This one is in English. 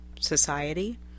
Society